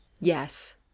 Yes